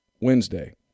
Wednesday